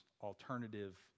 alternative